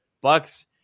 Bucks